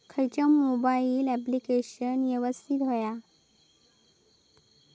खयचा mobile application यवस्तित होया?